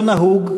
לא נהוג,